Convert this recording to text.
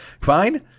Fine